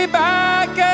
back